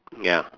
ya